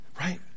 Right